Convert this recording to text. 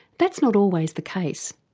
that's not always the case.